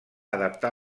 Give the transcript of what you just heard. adaptar